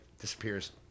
disappears